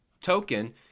token